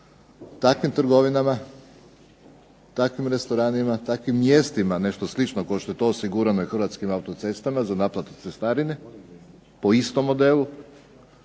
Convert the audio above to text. takvim trgovinama, takvim restoranima, takvim mjestima nešto slično kao što je to osigurano u Hrvatskim autocestama za naplatu cestarine po istom modelu,